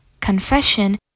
Confession